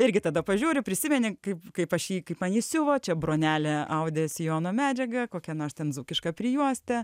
irgi tada pažiūri prisimeni kaip kaip aš jį kaip man jį siuvo čia bronelė audė sijono medžiagą kokią nors ten dzūkišką prijuostę